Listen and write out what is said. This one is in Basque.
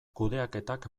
kudeaketak